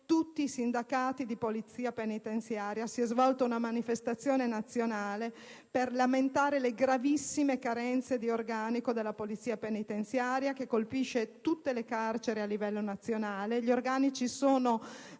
tutti i sindacati di polizia penitenziaria e si è svolta una manifestazione nazionale per lamentare la gravissima carenza di organico della polizia penitenziaria, che colpisce tutte le carceri a livello nazionale. Gli organici sono